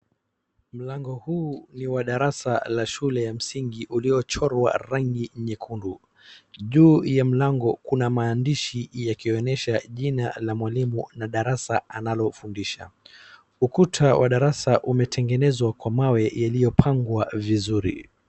Mlango huu ni wa darasa la shule ya msingi uliochorwa rangi nyekundu. Juu ya mlango kuna maandishi yakionyesha jina la mwalimu na darasa analofundisha. Ukuta wa darasa umetengenzwa kwa mawe yaliyopangwa vizuri.